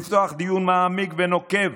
לפתוח דיון מעמיק ונוקב